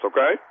Okay